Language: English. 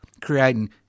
creating